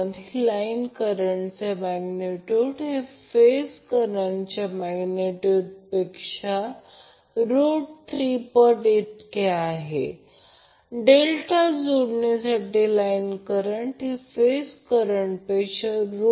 याचा अर्थ line current √3फेज करंट आणि अँगल 30° आहे आणि मॅग्निट्यूडनुसार line current Ia Ib Ic म्हणजे लाईन करंट मॅग्निट्यूड